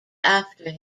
after